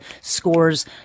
scores